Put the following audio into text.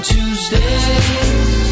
Tuesdays